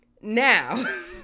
Now